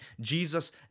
Jesus